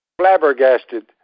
flabbergasted